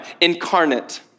incarnate